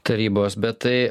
tarybos bet tai